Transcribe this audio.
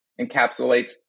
encapsulates